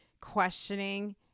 questioning